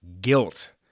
guilt